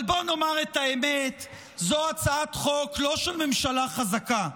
אבל בואו נאמר את האמת: זאת הצעת חוק לא של ממשלה חזקה,